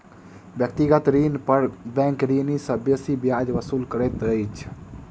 व्यक्तिगत ऋण पर बैंक ऋणी सॅ बेसी ब्याज वसूल करैत अछि